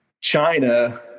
China